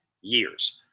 years